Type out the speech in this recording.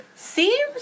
Seems